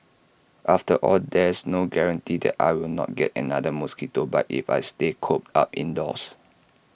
after all there's no guarantee that I will not get another mosquito bite if I stay cooped up indoors